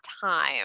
time